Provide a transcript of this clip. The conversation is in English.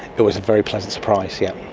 it was a very pleasant surprise, yes.